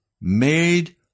made